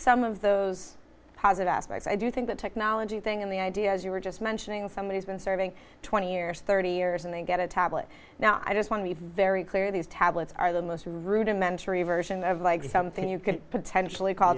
some of those positive aspects i do think the technology thing and the idea as you were just mentioning somebody has been serving twenty years thirty years and they get a tablet now i just want to be very clear these tablets are the most rudimentary version of like something you could potentially call